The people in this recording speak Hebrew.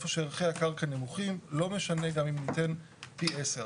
איפה שערכי הקרקע נמוכים לא משנה גם אם ניתן פי עשר.